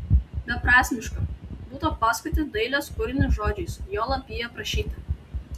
beprasmiška būtų atpasakoti dailės kūrinį žodžiais juolab jį aprašyti